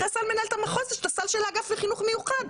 אחרי סל מנהלת המחוז יש את הסל של האגף לחינוך מיוחד,